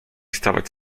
stawać